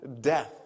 death